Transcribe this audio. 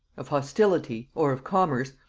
of hostility, or of commerce,